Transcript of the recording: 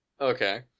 Okay